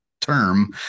term